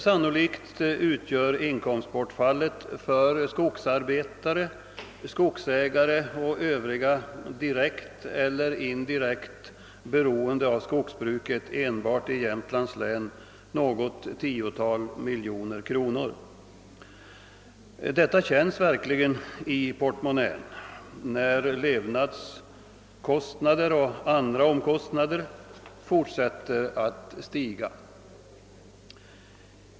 Sannolikt utgör inkomstbortfallet för skogsarbetare, skogsägare och övriga direkt eller indirekt av skogsbruket beroende enbart i Jämtlands län något tiotal miljoner kronor. Detta känns verkligen i portmonnän när levnadskostnader och andra omkostnader fortsätter att stiga.